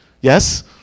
Yes